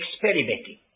experimenting